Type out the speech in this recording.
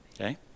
Okay